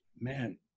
Man